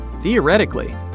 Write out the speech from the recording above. Theoretically